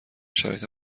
شرایط